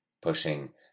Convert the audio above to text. pushing